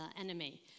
enemy